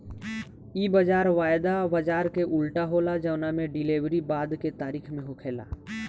इ बाजार वायदा बाजार के उल्टा होला जवना में डिलेवरी बाद के तारीख में होखेला